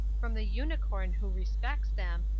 from the unicorn who respects them,